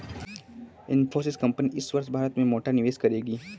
Infosys company इस वर्ष भारत में मोटा निवेश करेगी